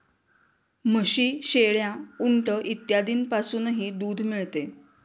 म्हशी, शेळ्या, उंट इत्यादींपासूनही दूध मिळते